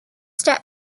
step